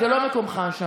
בבקשה.